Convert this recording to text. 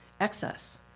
excess